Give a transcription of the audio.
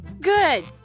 Good